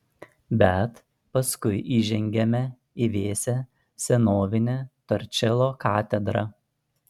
bet paskui įžengiame į vėsią senovinę torčelo katedrą